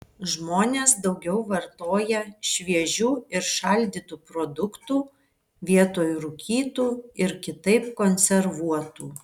žmonės daugiau vartoja šviežių ir šaldytų produktų vietoj rūkytų ir kitaip konservuotų